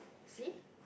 see